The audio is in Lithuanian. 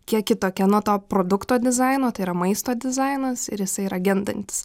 kiek kitokia nuo to produkto dizaino tai yra maisto dizainas ir jisai yra gendantis